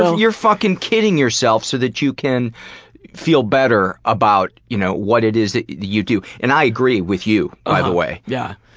ah you're fucking kidding yourself so that you can feel better about you know what it is that you do. and i do agree with you, by the way. yeah.